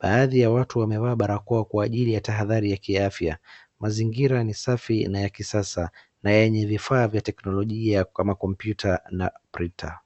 baadhi ya watu wamevaa barakoa kwa ajili tahadhiri ya kiafya. Mazingira ni safi na ya kisasa na yenye vifaa vya kiteknolojia kwa makomputa na printer .